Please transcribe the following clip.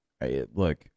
look